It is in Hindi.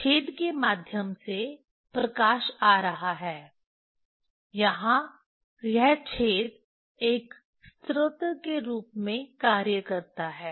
छेद के माध्यम से प्रकाश आ रहा है यहां यह छेद एक स्रोत के रूप में कार्य करता है